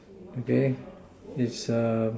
okay is a